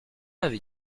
avec